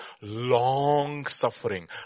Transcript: long-suffering